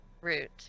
root